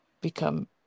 become